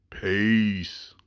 Peace